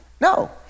No